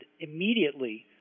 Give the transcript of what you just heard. immediately